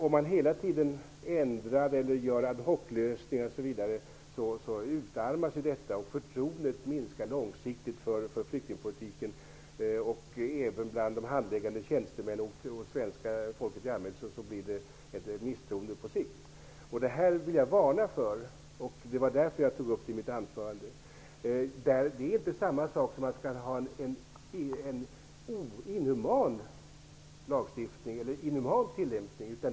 Om man hela tiden ändrar eller gör ad hoclösningar utarmas detta och förtroendet för flyktingpolitiken minskar långsiktigt. På sikt uppstår det ett misstroende även hos de handläggande tjänstemännen och hos det svenska folket i allmänhet. Jag vill varna för detta. Det var därför jag tog upp det i mitt anförande. Det är inte samma sak som att man skall ha en inhuman lagstiftning eller en inhuman tillämpning av den.